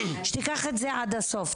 אז שתיקח את זה עד הסוף,